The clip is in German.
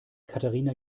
katharina